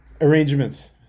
arrangements